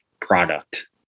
product